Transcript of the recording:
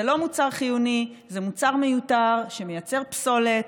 זה לא מוצר חיוני, זה מוצר מיותר שמייצר פסולת,